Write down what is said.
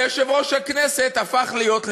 ויושב-ראש הכנסת הפך להיות,